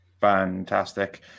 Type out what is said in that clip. Fantastic